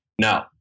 No